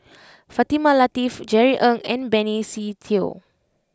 Fatimah Lateef Jerry Ng and Benny Se Teo